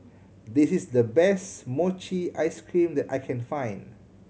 this is the best mochi ice cream that I can find